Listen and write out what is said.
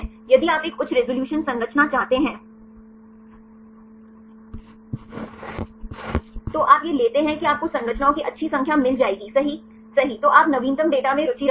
यदि आप एक उच्च रिज़ॉल्यूशन संरचना चाहते हैं तो आप ये लेते हैं कि आपको संरचनाओं की अच्छी संख्या मिल जाएगीसही सही तो आप नवीनतम डेटा में रुचि रखते हैं